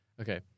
Okay